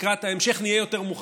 לקראת ההמשך, נהיה יותר מוכנים.